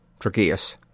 Tracheus